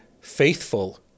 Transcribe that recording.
faithful